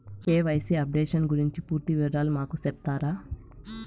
KYC updation గురించి పూర్తి వివరాలు మాకు సెప్తారా?